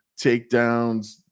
takedowns